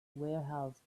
warehouse